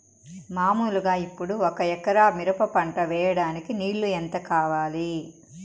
మామూలుగా ఇప్పుడు ఒక ఎకరా మిరప పంట వేయడానికి నీళ్లు ఎంత కావాలి?